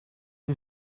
you